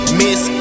miss